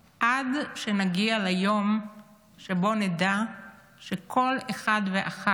עד שנגיע ליום שבו נדע שכל אחד ואחת